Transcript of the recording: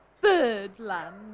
Birdland